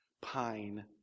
pine